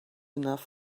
enough